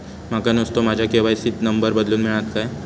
माका नुस्तो माझ्या के.वाय.सी त नंबर बदलून मिलात काय?